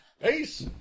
peace